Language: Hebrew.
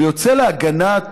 ויוצא להגנת